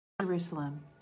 Jerusalem